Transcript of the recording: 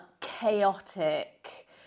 chaotic